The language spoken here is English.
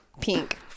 Pink